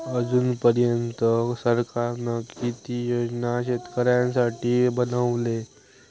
अजून पर्यंत सरकारान किती योजना शेतकऱ्यांसाठी बनवले?